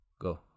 Go